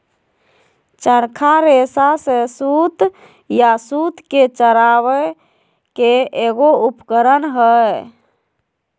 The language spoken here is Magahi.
चरखा रेशा से सूत या सूत के चरावय के एगो उपकरण हइ